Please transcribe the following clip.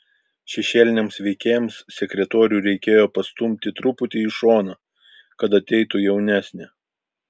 šešėliniams veikėjams sekretorių reikėjo pastumti truputį į šoną kad ateitų jaunesnė